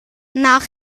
nach